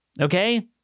Okay